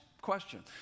question